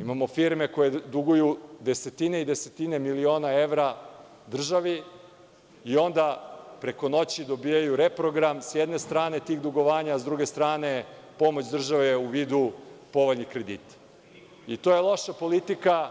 Imamo firme koje duguju desetine i desetine miliona evra državi i onda preko noći dobijaju reprogram, sa jedne strane, tih dugovanja, a sa druge strane, pomoć države u vidu povoljnih kredita i to je loša politika